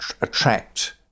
attract